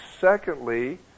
secondly